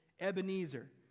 Ebenezer